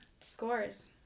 scores